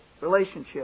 relationship